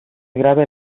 grave